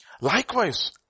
Likewise